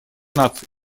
наций